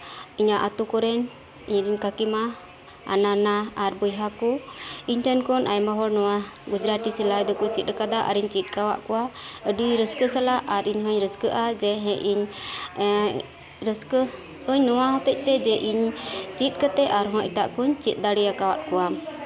ᱤᱧ ᱤᱧᱟᱹᱜ ᱟᱹᱛᱩ ᱠᱚᱨᱮᱱ ᱤᱧ ᱨᱮᱱ ᱠᱟᱹᱠᱤᱢᱟ ᱟᱨ ᱱᱟᱱᱟ ᱟᱨ ᱵᱚᱭᱦᱟ ᱠᱚ ᱤᱧ ᱴᱷᱮᱱ ᱠᱷᱚᱱ ᱟᱭᱢᱟ ᱦᱚᱲ ᱱᱚᱶᱟ ᱜᱩᱡᱨᱟᱴᱷᱤ ᱥᱤᱞᱟᱹᱭ ᱠᱚ ᱪᱮᱫ ᱟᱠᱟᱫᱟ ᱟᱨᱤᱧ ᱪᱮᱫ ᱟᱠᱟᱫ ᱠᱚᱣᱟ ᱟᱹᱰᱤ ᱨᱟᱹᱥᱠᱟᱹ ᱥᱟᱞᱟᱜ ᱟᱨ ᱤᱧ ᱦᱚᱧ ᱨᱟᱹᱥᱠᱟᱹᱜᱼᱟ ᱡᱮ ᱦᱮᱸ ᱤᱧ ᱨᱟᱹᱥᱠᱟᱹ ᱟᱹᱧ ᱱᱚᱶᱟ ᱦᱚᱛᱛᱮ ᱡᱮ ᱤᱧ ᱪᱮᱫ ᱠᱟᱛᱮ ᱟᱨᱚ ᱮᱴᱟᱜ ᱠᱚᱧ ᱪᱮᱫ ᱫᱟᱲᱮ ᱟᱠᱟᱫ ᱠᱚᱣᱟ